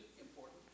important